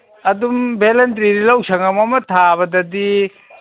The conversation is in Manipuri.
ꯑꯗꯨꯝ ꯕꯦꯂꯟꯗ꯭ꯔꯤ ꯂꯧ ꯁꯉꯝ ꯑꯃ ꯊꯥꯕꯗꯗꯤ